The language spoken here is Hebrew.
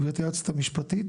גברתי היועצת המשפטית,